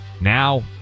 now